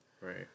Right